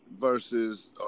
versus